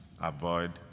avoid